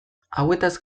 hauetaz